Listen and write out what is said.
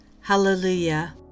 Hallelujah